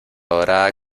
dorada